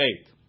eight